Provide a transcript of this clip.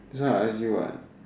hard as you what